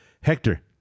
Hector